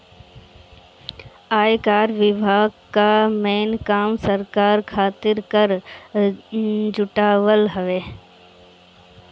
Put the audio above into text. आयकर विभाग कअ मेन काम सरकार खातिर कर जुटावल हवे